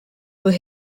were